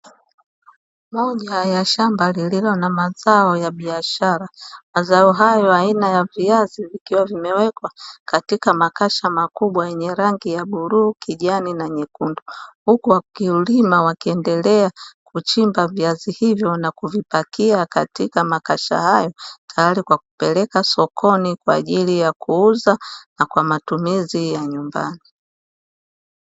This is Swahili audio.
Moja ya shamba lililo na mazao ya biashara, mazao hayo aina ya viazi vikiwa vimewekwa katika makasha makubwa yenye rangi ya bluu, kijani na nyekundu, huku wakulima wakiendelea kuchimba viazi hivyo na kuvipakia katika makasha hayo, tayari kwa kupeleka sokoni kwa ajili ya kuuza na kwa matumizi ya nyumbani.